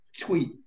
tweet